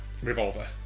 Revolver